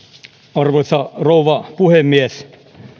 arvoisa rouva puhemies